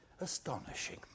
astonishing